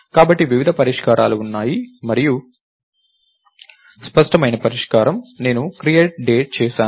కాబట్టి వివిధ పరిష్కారాలు ఉన్నాయి మరియు స్పష్టమినా పరిష్కారం నేను create date చేసాను